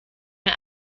mir